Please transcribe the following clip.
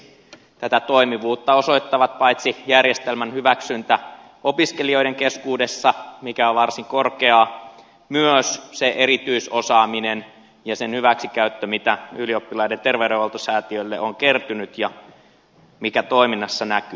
tätä toimivuutta osoittavat paitsi järjestelmän hyväksyntä opiskelijoiden keskuudessa joka on varsin korkeaa myös sen erityisosaamisen hyväksikäyttö jota ylioppilaiden terveydenhoitosäätiölle on kertynyt ja joka toiminnassa näkyy